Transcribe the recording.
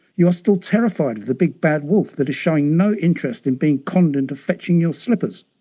you are still terrified of the big bad wolf that is showing no interest in being conned into fetching your slippers.